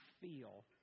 feel